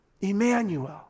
Emmanuel